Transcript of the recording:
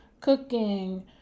cooking